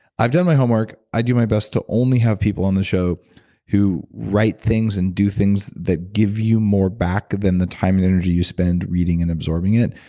i've done my homework. i do my best to only have people on the show who write things and do things that give you more back than the time and energy you spend reading and absorbing it.